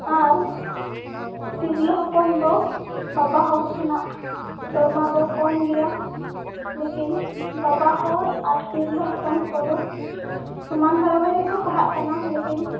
ᱟᱨ ᱛᱤᱨᱞᱟᱹ ᱦᱚᱯᱚᱱ ᱫᱚ ᱵᱟᱵᱟ ᱦᱚᱲ ᱠᱷᱚᱱᱟᱜ ᱫᱚᱨᱢᱟ ᱫᱚ ᱠᱚᱢ ᱜᱮᱭᱟ ᱞᱮᱠᱤᱱ ᱵᱟᱵᱟ ᱦᱚᱲ ᱟᱨ ᱛᱤᱨᱞᱟᱹ ᱦᱚᱯᱚᱱ ᱠᱚᱫᱚ ᱥᱚᱢᱟᱱ ᱵᱟᱨᱟᱼᱵᱟᱨᱤ ᱜᱮᱠᱚ ᱯᱟᱲᱦᱟᱜ ᱠᱟᱱᱟ ᱞᱮᱠᱤᱱ